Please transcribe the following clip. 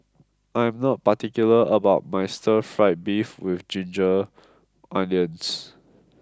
I am not particular about my Stir Fried Beef with Ginger Onions